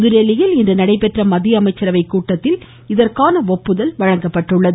புதுதில்லியில் நடைபெற்ற மத்திய அமைச்சரவை கூட்டத்தில் இதற்கான ஒப்புதல் வழங்கப்பட்டது